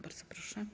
Bardzo proszę.